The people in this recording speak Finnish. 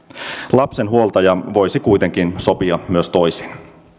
lapsen huoltaja voisi kuitenkin sopia myös toisin